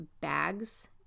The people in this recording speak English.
bags